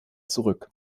zurück